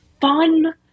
fun